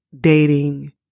dating